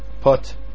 put